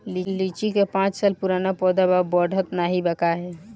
लीची क पांच साल पुराना पौधा बा बढ़त नाहीं बा काहे?